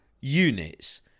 units